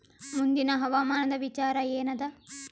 ಮುಂದಿನ ಹವಾಮಾನದ ವಿಚಾರ ಏನದ?